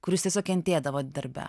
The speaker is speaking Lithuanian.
kur jūs tiesiog kentėdavot darbe